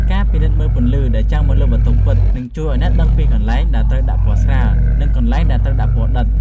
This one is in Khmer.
ការពិនិត្យមើលពន្លឺដែលចាំងមកលើវត្ថុពិតនឹងជួយឱ្យអ្នកដឹងពីកន្លែងដែលត្រូវដាក់ពណ៌ស្រាល និង កន្លែងដែលត្រូវដាក់ពណ៌ដិត។